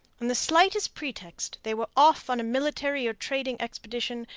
on the slightest pretext they were off on a military or trading expedition,